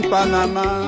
Panama